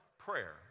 prayer